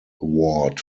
award